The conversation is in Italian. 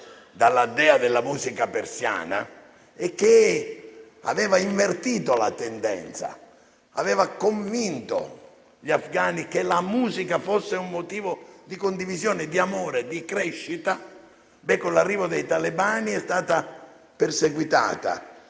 dalla dea della musica persiana, che aveva invertito la tendenza, aveva convinto gli afgani che la musica fosse un motivo di condivisione, di amore, di crescita, con l'arrivo dei talebani è stata perseguitata.